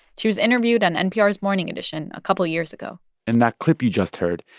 she was interviewed on npr's morning edition a couple years ago and that clip you just heard,